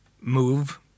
move